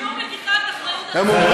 שום לקיחת אחריות, אדוני.